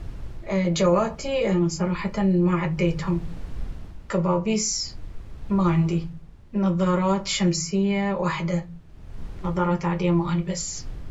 الجواتي أنا صراحة ما عديتهم، كبابيس ما عندي، نظارات شمسية وحدة ، نظارات عادية ما ألبس